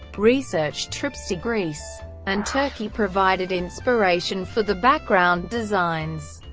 research trips to greece and turkey provided inspiration for the background designs.